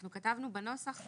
אנחנו כתבנו בנוסח,